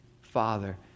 father